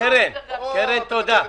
קרן, תודה.